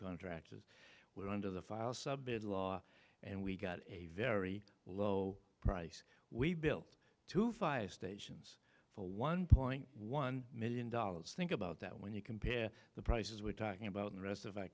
subcontractors we're under the file submitted law and we've got a very low price we built to five stations for one point one million dollars think about that when you compare the prices we're talking about in the rest of our